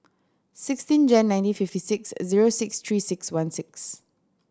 sixteen Jan nineteen fifty six zero six Three Six One six